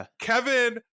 kevin